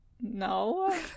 No